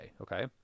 Okay